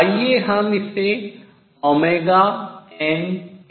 आइए हम इसे कहते हैं